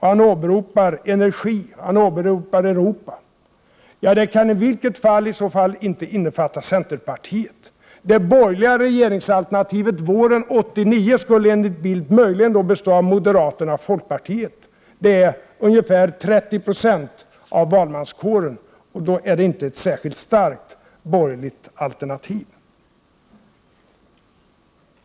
Han åberopade energin och Europafrågan. Det kan i varje fall inte innefatta centerpartiet. Det borgerliga regeringsalternativet våren 1989 skulle enligt Carl Bildt möjligen bestå av moderaterna och folkpartiet. Det motsvarar ungefär 30 Io av valmanskåren, och då är det inte ett särskilt starkt borgerligt alternativ.